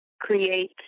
create